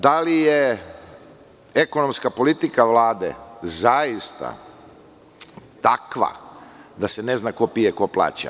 Da li je ekonomska politika Vlade zaista takva da se ne zna ko pije, a ko plaća?